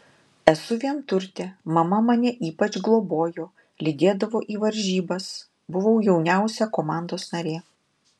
esu vienturtė mama mane ypač globojo lydėdavo į varžybas buvau jauniausia komandos narė